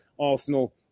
Arsenal